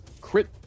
crit